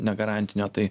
negarantinio tai